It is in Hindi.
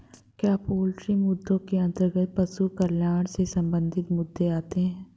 क्या पोल्ट्री मुद्दों के अंतर्गत पशु कल्याण से संबंधित मुद्दे आते हैं?